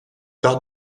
part